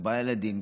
ארבעה ילדים,